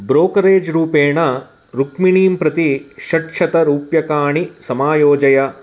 brokerage रूपेण रुक्मिणीं प्रति षट्शतरूप्यकाणि समायोजय